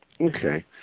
Okay